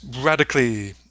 radically